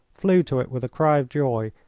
flew to it with a cry of joy,